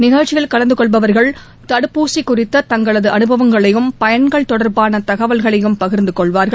நிகழ்ச்சியில் கலந்தகொள்பவர்கள் தடுப்பூசி குறித்த தங்களது அனுபவங்களையும் பயன்கள் தொடர்பான தகவல்களையும் பகிர்ந்து கொள்வார்கள்